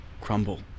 crumble